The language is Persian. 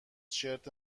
شرت